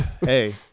Hey